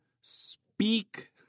Speak